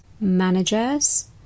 managers